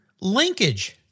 linkage